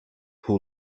who